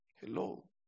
Hello